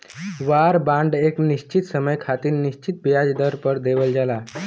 वार bond एक निश्चित समय खातिर निश्चित ब्याज दर पर देवल जाला